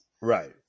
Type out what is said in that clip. Right